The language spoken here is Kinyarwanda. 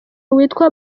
witwa